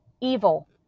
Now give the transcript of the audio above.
evil